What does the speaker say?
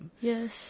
yes